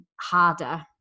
harder